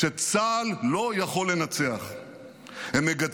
שצה"ל לא יכול לנצח -- אף אחד לא אומר את זה.